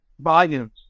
volumes